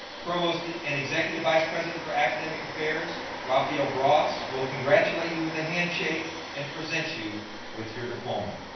provost and executive vice president for academic affairs rafael bras will congratulate you with a handshake and present you with your diploma.